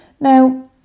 Now